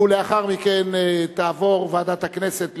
ולאחר מכן תעבור ועדת הכנסת לפעילות.